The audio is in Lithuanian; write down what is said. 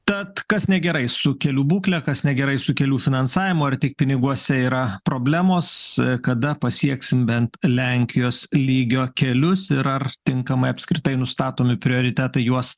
tad kas negerai su kelių būkle kas negerai su kelių finansavimu ar tik piniguose yra problemos kada pasieksim bent lenkijos lygio kelius ir ar tinkamai apskritai nustatomi prioritetai juos